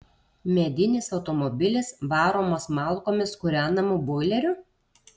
medinis automobilis varomas malkomis kūrenamu boileriu